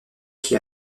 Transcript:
qui